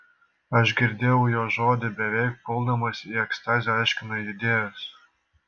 aš girdėjau jo žodį beveik puldamas į ekstazę aiškino judėjas